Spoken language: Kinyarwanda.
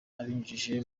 abinyujije